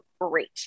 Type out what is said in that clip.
great